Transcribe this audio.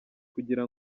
kugira